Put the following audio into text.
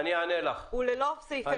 הוא ללא סעיפי קורונה.